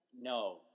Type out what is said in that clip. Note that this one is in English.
No